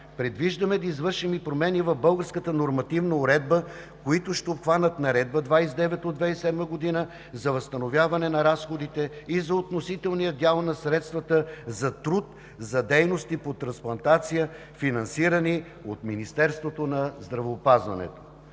Предвиждаме да извършим и промени в българската нормативна уредба, които ще обхванат Наредба № 29 от 2007 г. за възстановяване на разходите и за относителния дял на средствата за труд, за дейности по трансплантация, финансирани от Министерството на здравеопазването.